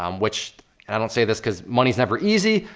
um which, and i don't say this cause money's never easy,